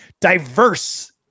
diverse